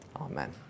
Amen